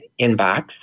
inbox